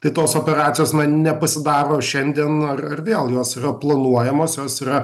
tai tos operacijos na nepasidaro šiandien ar ar vėl jos yra planuojamos jos yra